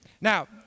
Now